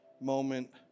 moment